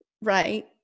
Right